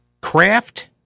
craft